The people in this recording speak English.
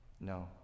No